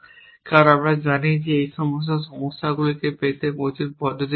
কারণ আমরা জানি যে এই সমস্ত সমস্যাগুলি পেতে প্রচুর পদ্ধতি রয়েছে